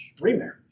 remarriage